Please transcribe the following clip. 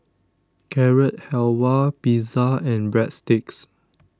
Carrot Halwa Pizza and Breadsticks